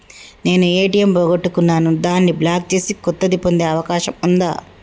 నేను ఏ.టి.ఎం పోగొట్టుకున్నాను దాన్ని బ్లాక్ చేసి కొత్తది పొందే అవకాశం ఉందా?